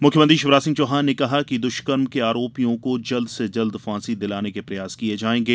मुख्यमंत्री शिवराज सिंह चौहान ने कहा कि दुष्कर्म के आरोपियों को जल्द से जल्द फासी दिलाने के प्रयास किये जायेंगे